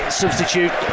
substitute